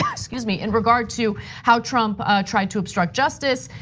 yeah excuse me, in regard to how trump tried to obstruct justice.